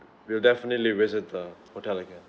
we'll definitely visit the hotel again